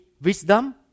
wisdom